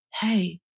Hey